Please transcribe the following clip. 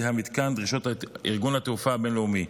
המתקן דרישות ארגון התעופה הבין-לאומי.